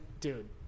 dude